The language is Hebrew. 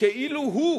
כאילו הוא,